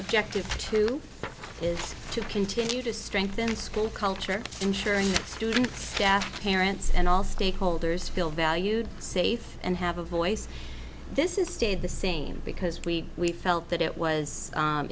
objectives two is to continue to strengthen school culture ensuring students parents and all stakeholders feel valued safe and have a voice this is stayed the same because we felt that it was